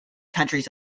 countries